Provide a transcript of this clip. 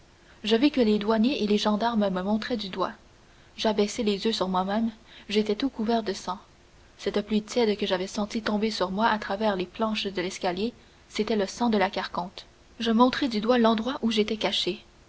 je vis que les douaniers et les gendarmes me montraient du doigt j'abaissai les yeux sur moi-même j'étais tout couvert de sang cette pluie tiède que j'avais sentie tomber sur moi à travers les planches de l'escalier c'était le sang de la carconte je montrai du doigt l'endroit où j'étais caché